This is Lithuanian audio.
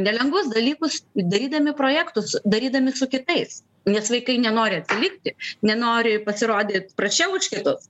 nelengvus dalykus darydami projektus darydami su kitais nes vaikai nenori atsilikti nenori pasirodyt prasčiau už kitus